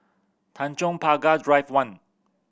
Tanjong Pagar Drive One